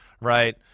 right